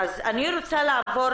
אני רוצה לעבור